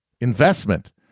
investment